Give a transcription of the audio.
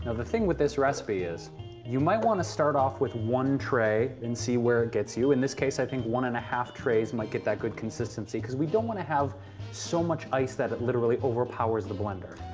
ah the thing with this recipe is you might want to start off with one tray and see where it gets you. in this case, i think one and a half trays might get that good consistency because we don't want to have so much ice that it literally overpowers the blender.